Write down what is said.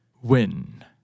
Win